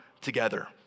together